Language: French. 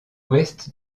ouest